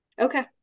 Okay